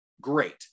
great